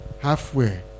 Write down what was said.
Halfway